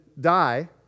die